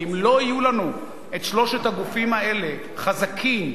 ואם לא יהיו לנו שלושת הגופים האלה, חזקים,